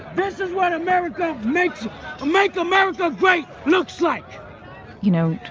this is what america makes make america great looks like you know,